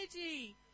energy